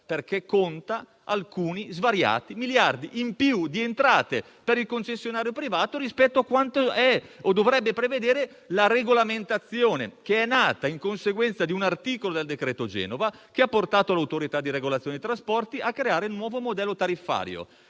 perché conta svariati miliardi in più di entrate per il concessionario privato, rispetto a quanto dovrebbe prevedere la regolamentazione, nata in conseguenza di un articolo del cosiddetto decreto Genova, che ha portato l'Autorità di regolazione dei trasporti a creare il nuovo modello tariffario.